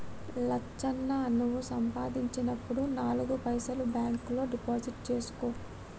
లచ్చన్న నువ్వు సంపాదించినప్పుడు నాలుగు పైసలు బాంక్ లో డిపాజిట్లు సేసుకో